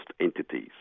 entities